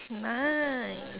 nice